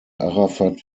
arafat